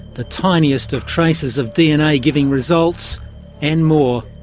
the tiniest of traces of dna giving results and more.